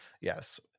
Yes